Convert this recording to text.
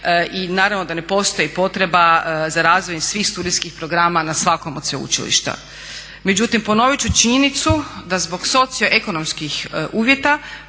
i naravno da ne postoji potreba za razvoj svih studijskih programa na svakom od sveučilišta. Međutim, ponovit ću činjenicu da zbog socio-ekonomskih uvjeta